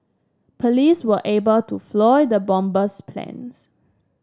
police were able to foil the bomber's plans